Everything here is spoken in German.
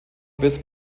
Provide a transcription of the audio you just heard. bis